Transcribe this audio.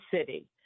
city